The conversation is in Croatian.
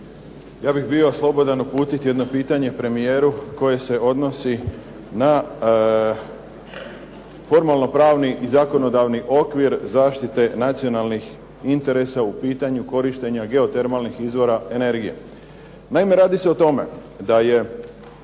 ja bih bio slobodan uputiti jedno pitanje premijeru koji se odnosi na formalno-pravni i zakonodavni okvir zaštite nacionalnih interesa u pitanju korištenja geotermalnih izvora energije. Naime, radi se o tome, da je